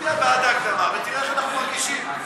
תצביע בעד ההקדמה ותראה איך אנחנו מרגישים.